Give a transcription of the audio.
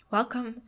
Welcome